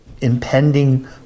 impending